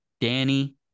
Danny